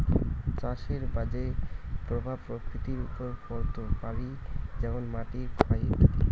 চাষের বাজে প্রভাব প্রকৃতির ওপর পড়ত পারি যেমন মাটির ক্ষয় ইত্যাদি